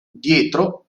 dietro